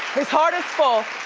his heart is full